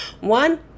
One